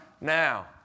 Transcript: Now